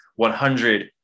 100